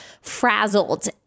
frazzled